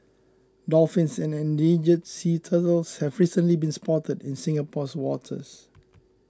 dolphins and endangered sea turtles have recently been spotted in Singapore's waters